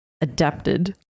adapted